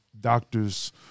doctors